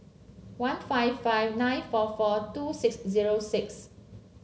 one five five nine four four two six zero six